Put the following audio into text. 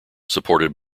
supported